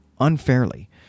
unfairly